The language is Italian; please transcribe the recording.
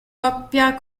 coppia